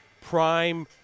prime